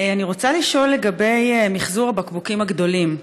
אני רוצה לשאול לגבי מִחזור הבקבוקים הגדולים.